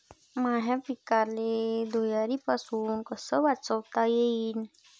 माह्या पिकाले धुयारीपासुन कस वाचवता येईन?